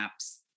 apps